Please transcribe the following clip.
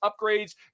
upgrades